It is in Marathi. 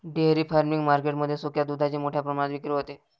डेअरी फार्मिंग मार्केट मध्ये सुक्या दुधाची मोठ्या प्रमाणात विक्री होते